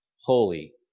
holy